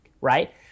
right